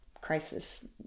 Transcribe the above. crisis